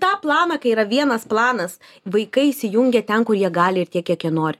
tą planą kai yra vienas planas vaikai įsijungia ten kur jie gali ir tiek kiek jie nori